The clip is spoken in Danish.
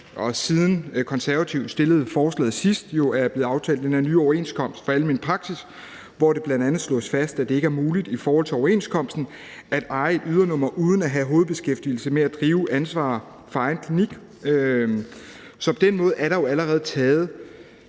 siden Konservative fremsatte forslaget sidst, er blevet aftalt den her nye overenskomst for almen praksis, hvor det bl.a. slås fast, at det ikke er muligt i forhold til overenskomsten at eje et ydernummer uden at have hovedbeskæftigelse med at drive og have ansvaret for egen klinik. Så på den måde er der jo allerede taget,